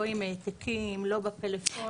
לא בהעתקים, לא בפלאפונים.